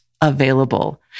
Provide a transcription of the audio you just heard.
available